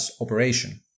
operation